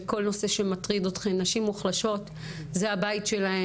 לכל נושא שמטריד אותכם נשים מוחלשות זה הבית שלכם.